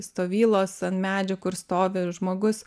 stovylos ant medžių kur stovi žmogus